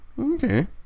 Okay